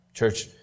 Church